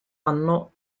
anno